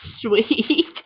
sweet